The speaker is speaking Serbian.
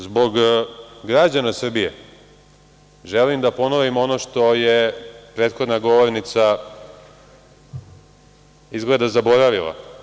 Zbog građana Srbije želim da ponovim ono što je prethodna govornica izgleda zaboravila.